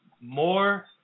more